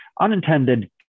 unintended